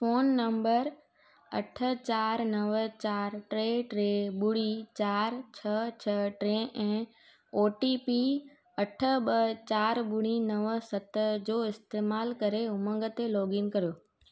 phone number अठ चारि नव चार टे टे ॿुड़ी चारि छह छह टे ऐं ओटीपी अठ ॿ चार ॿुड़ी नव सत जो इस्तेमालु करे उमंग ते लोगइन कयो